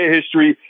history